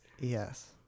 Yes